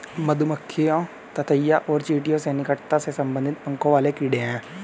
मधुमक्खियां ततैया और चींटियों से निकटता से संबंधित पंखों वाले कीड़े हैं